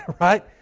right